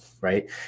right